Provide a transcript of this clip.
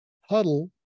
Huddle